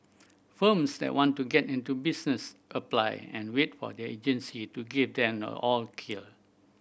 firms that want to get into business apply and wait for the agency to give them the all clear